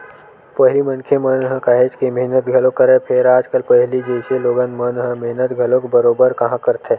पहिली मनखे मन ह काहेच के मेहनत घलोक करय, फेर आजकल पहिली जइसे लोगन मन ह मेहनत घलोक बरोबर काँहा करथे